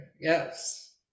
yes